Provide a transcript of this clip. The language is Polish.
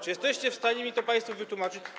Czy jesteście w stanie mi to państwo wytłumaczyć?